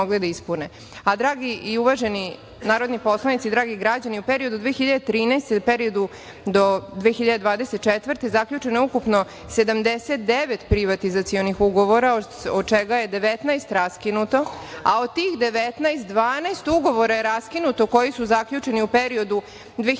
ispune. Dragi i uvaženi narodni poslanici, dragi građani, u periodu od 2013. do 2024. godine zaključeno je ukupno 79 privatizacionih ugovora, od čega je 19 raskinuto, a od tih 19, 12 ugovora je raskinuto koji su zaključeni u periodu od